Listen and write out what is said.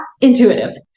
intuitive